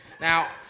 Now